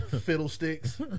Fiddlesticks